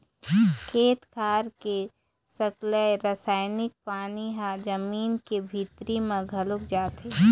खेत खार के सकलाय रसायनिक पानी ह जमीन के भीतरी म घलोक जाथे